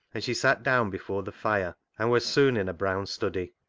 and she sat down before the fire, and was soon in a brown study.